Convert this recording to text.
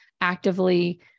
actively